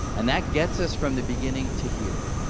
and that gets us from the beginning to here